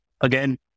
again